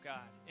God